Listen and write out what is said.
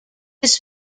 this